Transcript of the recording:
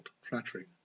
flattering